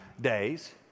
days